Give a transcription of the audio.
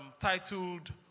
titled